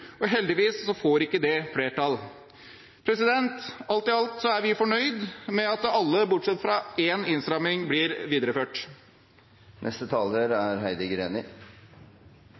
ukultur. Heldigvis får det ikke flertall. Alt i alt er vi fornøyd med at alle bortsett fra én innstramning blir videreført.